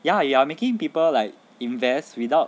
ya you are making people like invest without